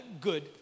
Good